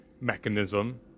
mechanism